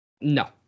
No